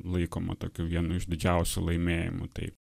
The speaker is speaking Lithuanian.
laikoma tokiu vienu iš didžiausių laimėjimų taip